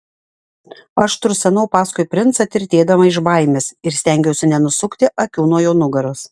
aš tursenau paskui princą tirtėdama iš baimės ir stengiausi nenusukti akių nuo jo nugaros